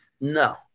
No